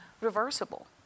reversible